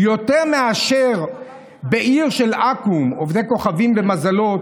יותר מאשר בעיר של עכו"ם" עובדי כוכבים ומזלות,